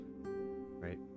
right